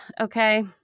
Okay